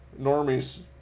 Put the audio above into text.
normies